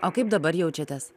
o kaip dabar jaučiatės